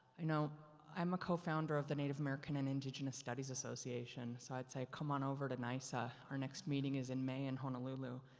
you know, i'm a cofounder of the native american and indigenous studies association. so i'd say come on over to nice-a, our next meeting is may in honolulu.